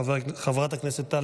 חבר הכנסת משה אבוטבול, אינו נוכח.